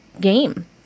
game